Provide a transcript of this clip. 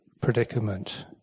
predicament